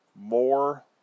more